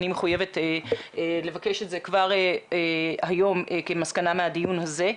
אני מחויבת לבקש את זה כבר היום כמסקנה מהדיון הזה.